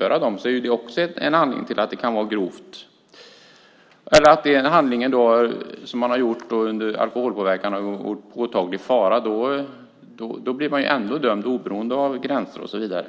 är också det en anledning till att anse sjöfylleriet som grovt. Om en handling under alkoholpåverkan utgjort påtaglig fara blir man dömd, oberoende av promillegränser och så vidare.